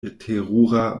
terura